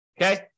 Okay